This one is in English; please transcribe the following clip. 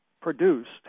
produced